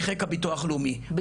מחיק הביטוח הלאומי,